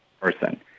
person